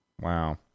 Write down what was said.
Wow